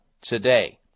today